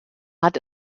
hat